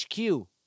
HQ